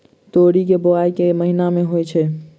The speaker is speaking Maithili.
तोरी केँ बोवाई केँ महीना मे होइ छैय?